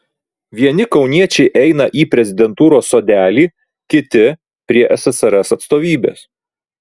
vieni kauniečiai eina į prezidentūros sodelį kiti prie ssrs atstovybės